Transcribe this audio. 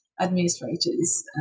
administrators